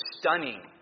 stunning